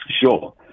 Sure